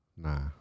Nah